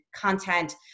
content